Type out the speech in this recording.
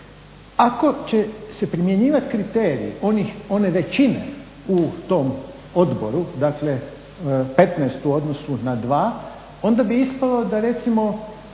ako će se primjenjivat kriterij one većine u tom odboru, dakle 15 u odnosu na 2, onda bi ispalo da recimo